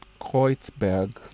Kreuzberg